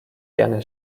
gerne